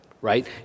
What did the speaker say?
right